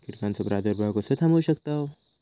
कीटकांचो प्रादुर्भाव कसो थांबवू शकतव?